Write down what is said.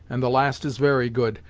and the last is very good,